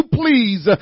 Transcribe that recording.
please